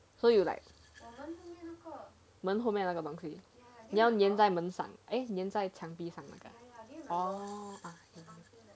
so you like 门后面那个 balcony 你要粘在门上 eh 粘在墙壁上的那个 orh